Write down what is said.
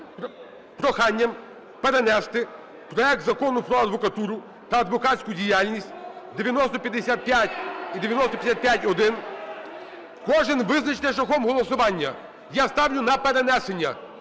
проханням перенести проект Закону про адвокатуру та адвокатську діяльність (9055 і 9055-1). Кожний визначиться шляхом голосуванням, я ставлю на перенесення.